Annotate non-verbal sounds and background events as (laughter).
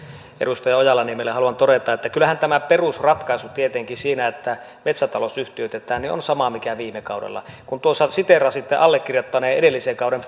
edustaja ojala niemelälle haluan todeta että kyllähän tämä perusratkaisu tietenkin siinä että metsätalous yhtiöitetään on sama kuin viime kaudella kun tuossa siteerasitte allekirjoittaneen edellisen kauden (unintelligible)